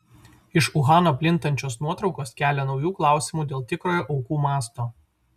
iš uhano plintančios nuotraukos kelia naujų klausimų dėl tikrojo aukų masto